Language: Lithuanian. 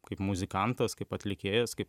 kaip muzikantas kaip atlikėjas kaip